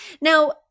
Now